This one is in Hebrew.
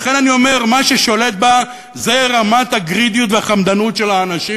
לכן אני אומר: מה ששולט בה זו רמת הגרידיות והחמדנות של האנשים,